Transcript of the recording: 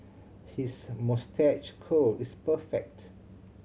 his moustache curl is perfect